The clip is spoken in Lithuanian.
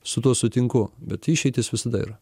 su tuo sutinku bet išeitys visada yra